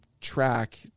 track